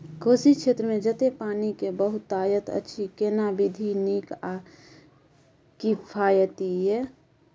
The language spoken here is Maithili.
कोशी क्षेत्र मे जेतै पानी के बहूतायत अछि केना विधी नीक आ किफायती ये?